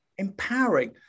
empowering